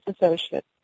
associates